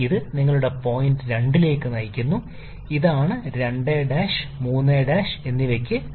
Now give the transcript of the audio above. ഇത് നിങ്ങളുടെ പോയിന്റ് 2 ലേക്ക് നയിക്കുന്നു ഇതാണ് നിങ്ങളുടെ 2 ' 3 4